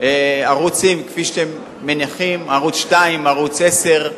ערוצים כפי שאתם מניחים, ערוץ-2, ערוץ-10,